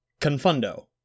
Confundo